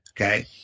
Okay